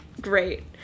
great